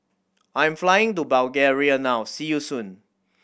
I am flying to Bulgaria now see you soon